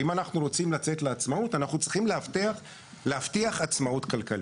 ואם אנחנו רוצים לצאת לעצמאות אנחנו צריכים להבטיח עצמאות כלכלית.